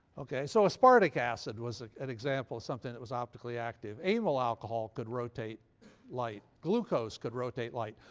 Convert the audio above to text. okay? so aspartic acid was an example of something that was optically active. amyl alcohol could rotate light. glucose could rotate light.